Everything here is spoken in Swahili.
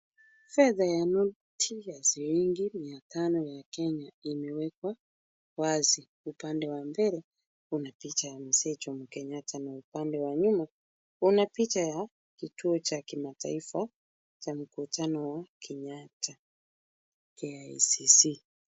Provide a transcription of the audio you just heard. Fedha ya noti ya shilingi mia tano ya Kenya imewekwa wazi. Upande wa mbele una picha ya Mzee Jomo Kenyatta na upande wa nyuma una picha ya kituo cha kimataifa cha mikutano wa Kenyatta KICC.